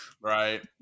right